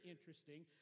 interesting